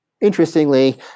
Interestingly